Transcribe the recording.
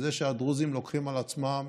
וזה שהדרוזים לוקחים על עצמם